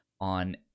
on